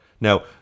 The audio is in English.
now